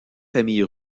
familles